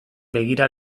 begira